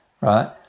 right